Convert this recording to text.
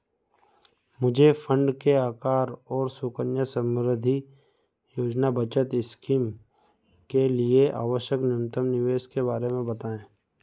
मुझे फ़ंड के आकार और सुकन्या समृद्धि योजना बचत इस्कीम के लिए आवश्यक न्यूनतम निवेश के बारे में बताएँ